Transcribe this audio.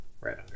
right